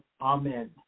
amen